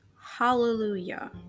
Hallelujah